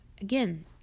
Again